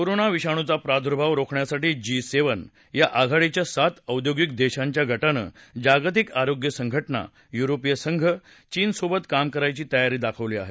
corona विषाणूचा प्रादूर्भाव रोखण्यासाठी जी सेव्हन या आघाडीच्या सात औद्योगिक देशांच्या गटानं जागतिक आरोग्य संघटना युरोपीय संघ आणि चीनसोबत काम करायची तयारी दाखवली आहे